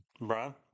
Brian